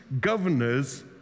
governors